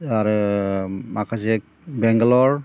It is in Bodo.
आरो माखासे बेंगालर